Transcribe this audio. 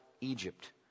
Egypt